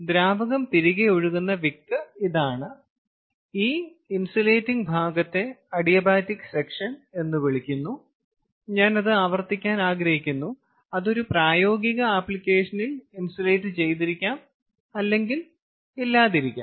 ദ്രാവകം തിരികെ ഒഴുകുന്ന വിക്ക് ഇതാണ് ഈ ഇൻസുലേറ്റിംഗ് ഭാഗത്തെ അഡിയാബാറ്റിക് സെക്ഷൻ എന്ന് വിളിക്കുന്നു ഞാൻ അത് ആവർത്തിക്കാൻ ആഗ്രഹിക്കുന്നു അത് ഒരു പ്രായോഗിക ആപ്ലിക്കേഷനിൽ ഇൻസുലേറ്റ് ചെയ്തിരിക്കാം അല്ലെങ്കിൽ ഇല്ലാതിരിക്കാം